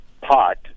pot